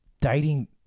dating